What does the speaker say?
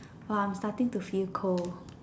[Wah] I'm starting to feel cold